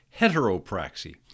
heteropraxy